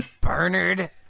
Bernard